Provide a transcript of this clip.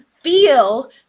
feel